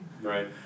Right